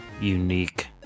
unique